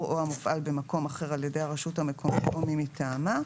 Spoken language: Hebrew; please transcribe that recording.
או המופעל במקום אחר על ידי הרשות המקומית או מי מטעמה";